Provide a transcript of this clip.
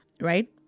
right